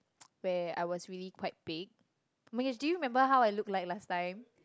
where I was really quite big oh-my-god do you remember how I look like last time